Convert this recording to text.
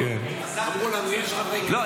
אמרו לנו: יש חברי כנסת --- לא,